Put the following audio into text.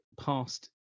past